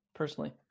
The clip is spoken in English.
Personally